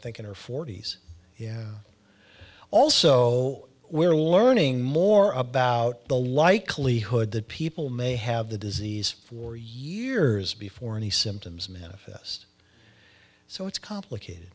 think in her forty's also we're learning more about the likelihood that people may have the disease for years before any symptoms manifest so it's complicated